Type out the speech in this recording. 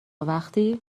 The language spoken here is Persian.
وقتی